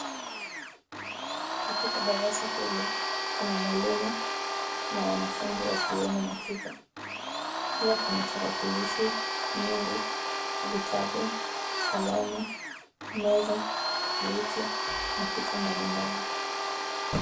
Katika darasa hili, kuna mwalimu na wanafunzi wa kiume na kike. Pia kuna tarakilishi nyingi, vitabu, kalamu, meza, viti na picha mbalimbali.